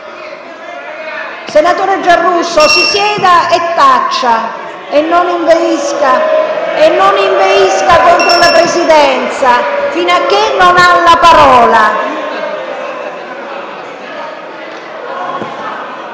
Senatore Giarrusso, si sieda e taccia! E non inveisca contro la Presidenza finché non ha la parola.